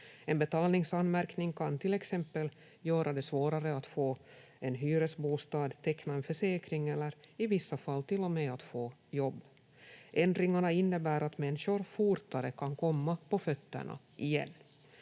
En betalningsanmärkning kan till exempel göra det svårare att få en hyresbostad, teckna en försäkring eller i vissa fall till och med att få jobb. Ändringarna innebär att människor fortare kan komma på fötterna igen.